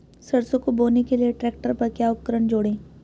सरसों को बोने के लिये ट्रैक्टर पर क्या उपकरण जोड़ें?